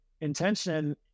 intention